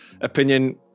opinion